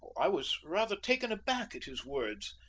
i was rather taken aback at his words,